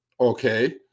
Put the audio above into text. okay